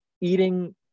eating